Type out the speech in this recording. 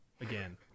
Again